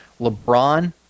LeBron